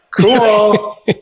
cool